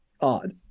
odd